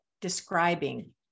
describing